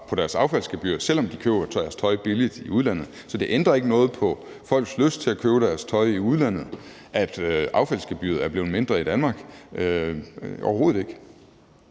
på deres affaldsgebyr, altså selv om de køber deres tøj billigt i udlandet. Så det ændrer ikke noget på folks lyst til at købe deres tøj i udlandet, at affaldsgebyret er blevet mindre i Danmark – overhovedet ikke.